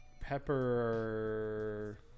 pepper